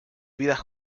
vidas